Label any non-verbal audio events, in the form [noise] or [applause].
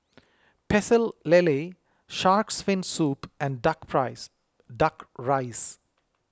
Pecel Lele Shark's Fin Soup and Duck [unintelligible] Duck Rice